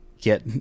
get